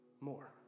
more